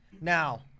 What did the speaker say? Now